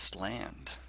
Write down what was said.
land